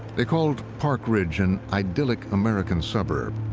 they called park ridge an idyllic american suburb.